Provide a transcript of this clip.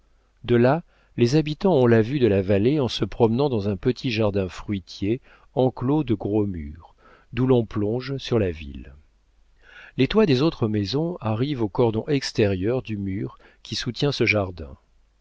de là les habitants ont la vue de la vallée en se promenant dans un petit jardin fruitier enclos de gros murs d'où l'on plonge sur la ville les toits des autres maisons arrivent au cordon extérieur du mur qui soutient ce jardin